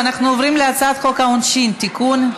אנחנו עוברים להצעת חוק העונשין (תיקון,